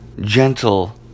gentle